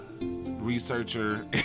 Researcher